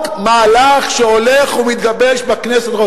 רק מהלך שהולך ומתגבש בכנסת.